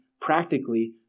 practically